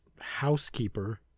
housekeeper